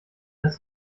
dass